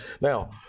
Now